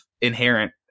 inherent